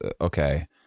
okay